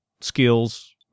skills